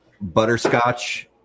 butterscotch